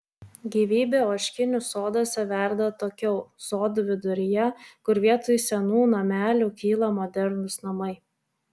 gyvybė ožkinių soduose verda atokiau sodų viduryje kur vietoj senų namelių kyla modernūs namai